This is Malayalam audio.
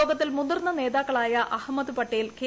യോഗത്തിൽ മുതിർന്ന നേതാക്കളായ അഹമ്മദ് പട്ടേൽ കെ